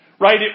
Right